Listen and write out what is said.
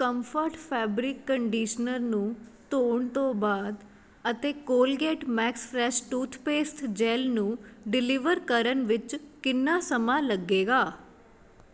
comfort fabric conditioner ਨੂੰ ਧੋਣ ਤੋਂ ਬਾਅਦ ਅਤੇ Colgate max fresh toothpaste gel ਨੂੰ ਡਿਲੀਵਰ ਕਰਨ ਵਿੱਚ ਕਿੰਨਾ ਸਮਾਂ ਲੱਗੇਗਾ